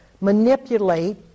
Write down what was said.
manipulate